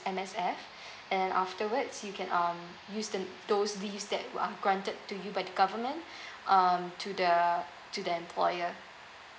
M_S_F and afterwards you can um use the those leaves that are granted to you by the government um to the to the employer